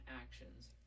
actions